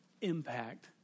impact